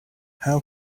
how